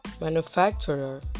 manufacturer